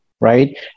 right